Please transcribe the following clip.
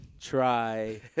try